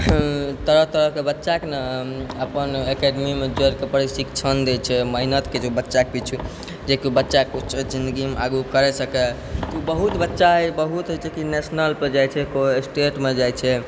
तरह तरहके बच्चाके ने अपन एकेडमीमे जोड़िकऽ प्रशिक्षण दै छै मेहनत करै छै ओहि बच्चाके पिछु जेकि ओ बच्चाके जिन्दगीमे आगू किछु करी सकै बहुत बच्चा बहुत होइ छै की नेशनलपर जाइ छै कोइ स्टेटमे जाइ छै